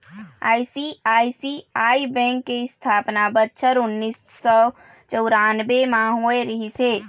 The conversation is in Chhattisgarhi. आई.सी.आई.सी.आई बेंक के इस्थापना बछर उन्नीस सौ चउरानबे म होय रिहिस हे